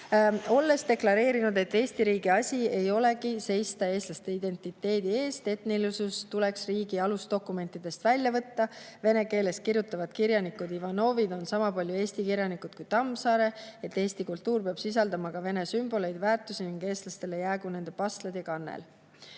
olles deklareerinud, et Eesti riigi asi ei olegi seista eestlaste identiteedi eest; et etnilisus tuleks riigi alusdokumentidest välja võtta; et vene keeles kirjutavad kirjanikud Ivanovid on sama palju eesti kirjanikud kui Tammsaare; et eesti kultuur peab sisaldama ka vene sümboleid ja väärtusi ning eestlastele jäägu nende pastlad ja kannel?